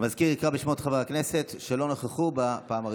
המזכיר יקרא בשמות חברי הכנסת שלא נכחו בפעם הראשונה.